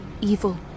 evil